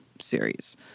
series